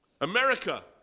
America